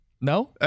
No